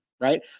right